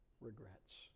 regrets